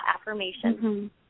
affirmation